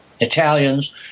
Italians